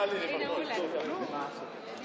השר שטרן, השר שטרן, השר שטרן, בבקשה.